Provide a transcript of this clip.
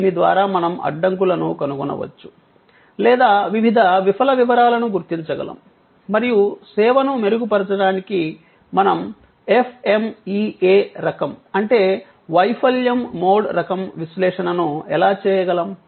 దీని ద్వారా మనం అడ్డంకులను కనుగొనవచ్చు లేదా వివిధ విఫల వివరాలను గుర్తించగలము మరియు సేవను మెరుగుపరచడానికి మనం FMEA రకం అంటే వైఫల్యం మోడ్ రకం విశ్లేషణను ఎలా చేయగలం